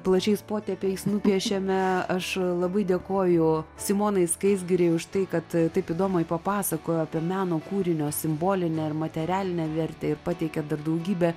plačiais potėpiais nupiešėme aš labai dėkoju simonai skaisgirei už tai kad taip įdomiai papasakojo apie meno kūrinio simbolinę ir materialinę vertę ir pateikė dar daugybę